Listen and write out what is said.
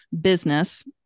business